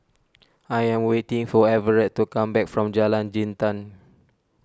I am waiting for Everet to come back from Jalan Jintan